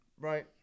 right